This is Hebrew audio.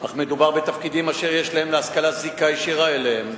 אך מדובר בתפקידים אשר יש להשכלה זיקה ישירה אליהם,